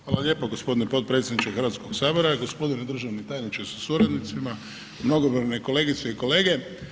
Hvala lijepo gospodine potpredsjedniče Hrvatskog sabora, gospodine državni tajniče sa suradnicima, mnogobrojne kolegice i kolege.